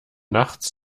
nachts